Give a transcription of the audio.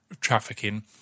trafficking